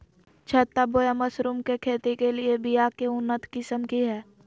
छत्ता बोया मशरूम के खेती के लिए बिया के उन्नत किस्म की हैं?